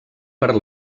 per